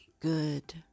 good